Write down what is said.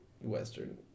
Western